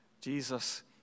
Jesus